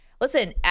listen